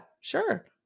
sure